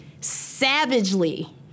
savagely